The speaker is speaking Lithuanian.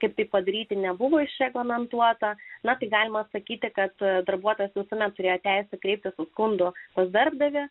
kaip padaryti nebuvus reglamentuotą na galima sakyti kad darbuotojas visuomet turėjo teisę kreiptis su skundu pas darbdavį